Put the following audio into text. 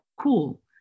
cool